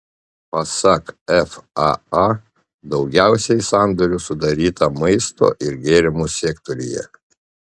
pasak faa daugiausiai sandorių sudaryta maisto ir gėrimų sektoriuje